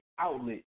outlet